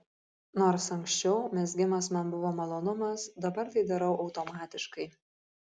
nors anksčiau mezgimas man buvo malonumas dabar tai darau automatiškai